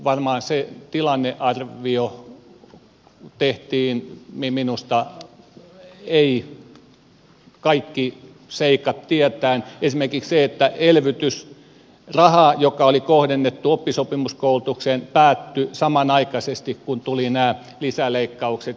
minusta se tilannearvio varmaan tehtiin ei kaikkia seikkoja tietäen esimerkiksi se että elvytysraha joka oli kohdennettu oppisopimuskoulutukseen päättyi samanaikaisesti kuin tulivat nämä lisäleikkaukset